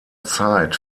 zeit